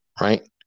right